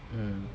mm